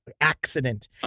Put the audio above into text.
accident